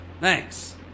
Thanks